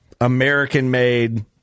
American-made